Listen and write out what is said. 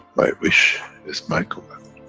my wish is my command.